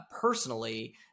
personally